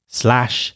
slash